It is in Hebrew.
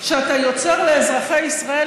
שאתה יוצר לאזרחי ישראל,